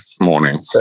morning